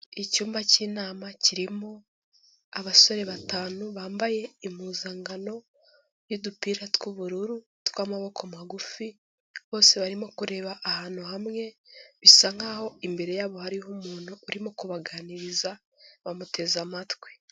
Icyumba cy'inama kirimo abasore batanu, bambaye impuzankano y'udupira tw'ubururu tw'amaboko magufi, bose barimo kureba ahantu hamwe bisa nkaho imbere yabo hariho umuntu urimo kubaganiriza bamuteze amatwi.